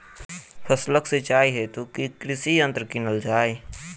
फसलक सिंचाई हेतु केँ कृषि यंत्र कीनल जाए?